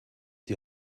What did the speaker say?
die